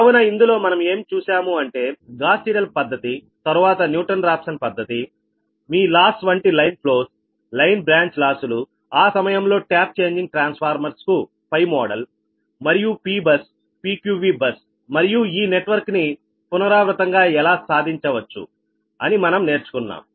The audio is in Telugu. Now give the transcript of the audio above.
కావున ఇందులో మనం ఏమి చూశాము అంటే గాస్ సీడెల్ పద్ధతి తరువాత న్యూటన్ రాఫ్సన్ పద్ధతిమీ లాస్ వంటి లైన్ ఫ్లోస్లైన్ బ్రాంచ్ లాసులు ఆ సమయంలో టాప్ చేంజింగ్ ట్రాన్స్ఫార్మర్స్ కు పై మోడల్ మరియు P బస్ PQVబస్ మరియు ఈ నెట్వర్క్ ని పునరావృతం గా ఎలా సాధించవచ్చు మనం నేర్చుకున్నాం